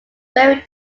buried